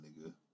nigga